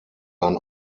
ein